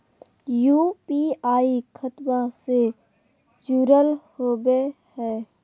UPI खतबा से जुरल होवे हय?